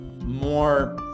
more